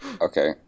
Okay